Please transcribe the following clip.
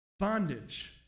Bondage